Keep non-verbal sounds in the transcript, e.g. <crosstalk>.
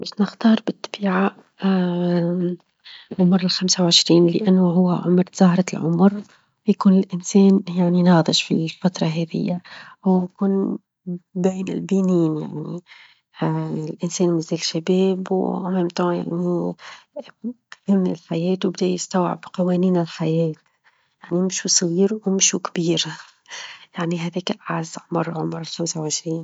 باش نختار بالطبيعة <noise> <hesitation> عمر الخمسة وعشرين؛ لأنه هو -عمر- زهرة العمر <noise> ويكون الإنسان يعني ناظج في الفترة هاذيا، هو يكون بين البينين يعني الإنسان مازال شباب، ومهمته يعني بفهم الحياة، وبدأ يستوعب قوانين الحياة، يعنى مشو صغير ومشو كبير <laughs> يعنى هذيك أعز عمر عمر الخمسة وعشرين.